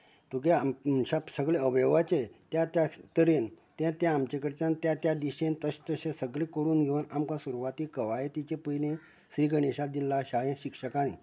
तुगें आमगे मनशाक सगळें अवयवांचे त्या त्या तरेन तें तें आमचे कडेच्यान त्या त्या दिशेन तशें तशें सगळें कोरून घेवन आमकां सुरुवातीक कवायतीचे पयलें श्री गणेशा दिलां शाळेंत शिक्षकांनी